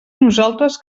nosaltres